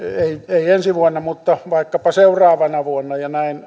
ei ensi vuonna mutta vaikkapa seuraavana vuonna ja näin